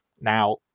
Now